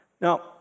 now